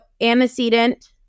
antecedent